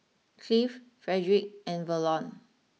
Cleve Frederick and Verlon